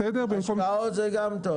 השקעות זה גם טוב.